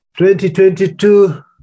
2022